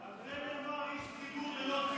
על זה נאמר: איש ציבור ללא ציבור.